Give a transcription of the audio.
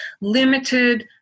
limited